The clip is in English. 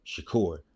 Shakur